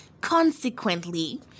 Consequently